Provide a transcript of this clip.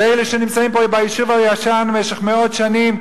ואלה שנמצאים פה ביישוב הישן במשך מאות שנים,